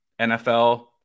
NFL